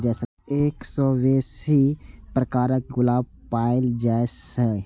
एक सय सं बेसी प्रकारक गुलाब पाएल जाए छै